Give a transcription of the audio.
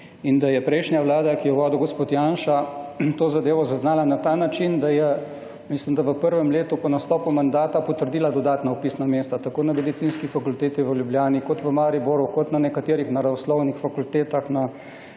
in da je prejšnja Vlada, ki jo je vodil gospod Janša, to zadevo zaznala na ta način, da je, mislim da v prvem letu po nastopu mandata potrdila dodatna vpisna mesta, tako na Medicinski fakulteti v Ljubljani, kot v Mariboru, kot na nekaterih naravoslovnih fakultetah,